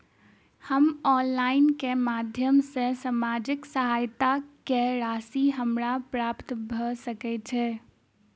हम ऑनलाइन केँ माध्यम सँ सामाजिक सहायता केँ राशि हमरा प्राप्त भऽ सकै छै?